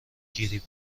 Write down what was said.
گریپ